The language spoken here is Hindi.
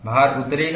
भार उतरेगा